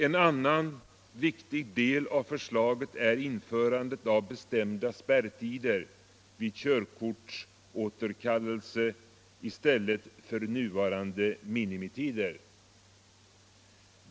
En annan viktig del av förslaget är införandet av bestämda spärrtider vid körkortsåterkallelse i stället för nuvarande minimitider.